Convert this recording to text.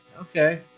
Okay